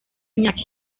imyaka